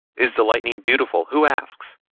is the lightning beautiful? who asks!